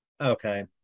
Okay